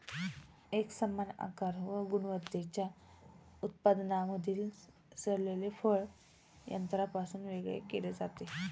एकसमान आकार व गुणवत्तेच्या उत्पादनांमधील सडलेले फळ यंत्रापासून वेगळे केले जाते